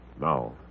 Now